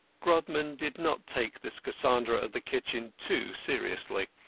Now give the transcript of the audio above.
grodman did not take this cassandra of the kitchen too seriously.